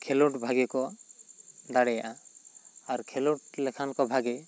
ᱠᱷᱮᱞᱳᱰ ᱵᱷᱟᱜᱮ ᱠᱚ ᱫᱟᱲᱮᱭᱟᱜᱼᱟ ᱟᱨ ᱠᱷᱮᱞᱳᱰ ᱞᱮᱠᱷᱟᱱ ᱠᱚ ᱵᱷᱟᱜᱮ